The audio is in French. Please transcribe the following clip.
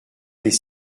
des